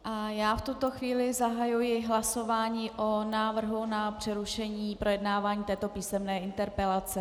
V tuto chvíli zahajuji hlasování o návrhu na přerušení projednávání této písemné interpelace.